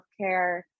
healthcare